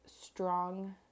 strong